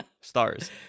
stars